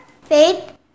faith